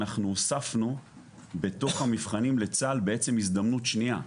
אנחנו הוספנו בתוך המבחנים לצה”ל בעצם הזדמנות שנייה.